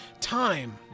time